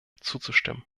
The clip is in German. zuzustimmen